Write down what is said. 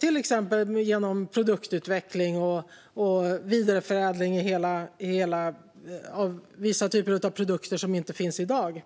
till exempel genom produktutveckling och vidareförädling av vissa typer av produkter som inte finns i dag.